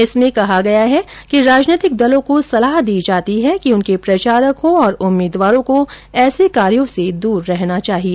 इसमें कहा गया है कि राजनीतिक दलों को सलाह दी जाती है कि उनके प्रचारकों और उम्मीदवारों को ऐसे कार्यो से दूर रहना चाहिए